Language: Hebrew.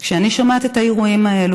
וכשאני שומעת על האירועים האלה,